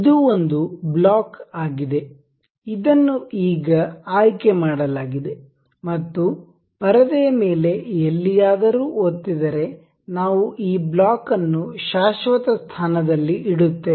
ಇದು ಒಂದು ಬ್ಲಾಕ್ ಆಗಿದೆ ಇದನ್ನು ಈಗ ಆಯ್ಕೆ ಮಾಡಲಾಗಿದೆ ಮತ್ತು ಪರದೆಯ ಮೇಲೆ ಎಲ್ಲಿಯಾದರೂ ಒತ್ತಿದರೆ ನಾವು ಈ ಬ್ಲಾಕ್ ಅನ್ನು ಶಾಶ್ವತ ಸ್ಥಾನದಲ್ಲಿ ಇಡುತ್ತೇವೆ